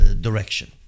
direction